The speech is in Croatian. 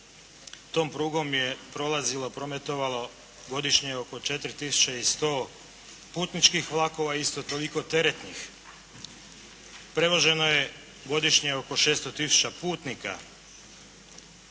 tom prugom je prolazilo, prometovalo, godišnje oko 4100 putničkih vlakova, isto toliko teretnih. Prevoženo je godišnje oko 600 tisuća putnika